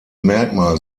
merkmal